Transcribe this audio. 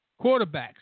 quarterbacks